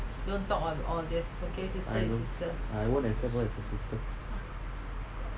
I won't I won't accept her as a sister